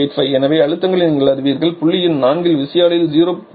85 எனவே அழுத்தங்களை நீங்கள் அறிவீர்கள் புள்ளி எண் 4 இல் விசையாழியில் 0